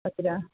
तत्र